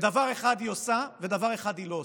דבר אחד היא עושה ודבר אחד היא לא עושה.